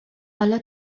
حالا